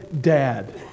Dad